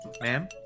Ma'am